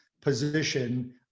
position